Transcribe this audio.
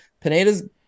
Pineda's